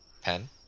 pen